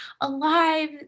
alive